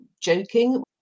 joking